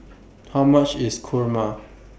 How much IS Kurma